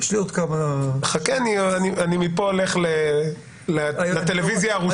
חכה, אני מפה הולך לטלוויזיה הרוסית.